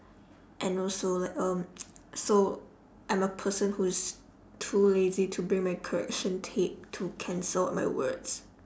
and also like um so I'm a person who's too lazy to bring my correction tape to cancel out my words